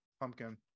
pumpkin